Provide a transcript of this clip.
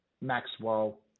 Maxwell